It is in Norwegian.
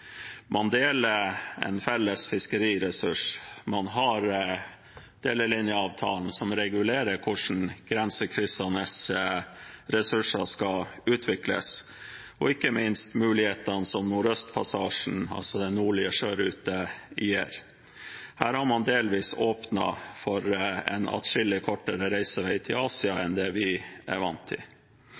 Man deler en felles fiskeriressurs, man har delelinjeavtalen, som regulerer hvordan grensekryssende ressurser skal utvikles, og ikke minst mulighetene som Nordøstpassasjen, altså den nordlige sjørute, gir. Her har man delvis åpnet for en atskillig kortere reisevei til Asia enn det vi er vant til.